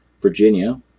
Virginia